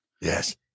Yes